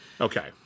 Okay